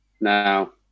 now